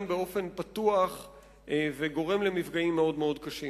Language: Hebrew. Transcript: באופן פתוח וגורם למפגעים מאוד קשים.